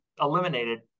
eliminated